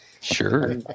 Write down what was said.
Sure